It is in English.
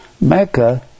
Mecca